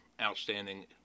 outstanding